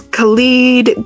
Khalid